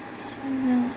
ꯑꯁꯨꯝꯅ